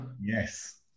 Yes